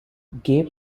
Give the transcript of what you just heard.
gay